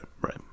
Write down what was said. right